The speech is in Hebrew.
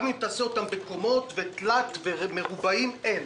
גם אם תעשה אותם בקומות, תלת ומרובעים אין.